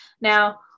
Now